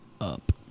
up